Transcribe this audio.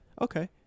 okay